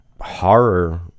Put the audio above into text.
horror